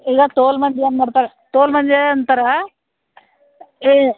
ಈಗ ಟೋಲ್ ಮಂಜೆ ಅನ ಮಾಡ್ತಾರ ಟೋಲ್ ಮಂಜೇ ಅಂತಾರಾ ಏ